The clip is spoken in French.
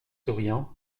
souriant